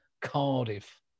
Cardiff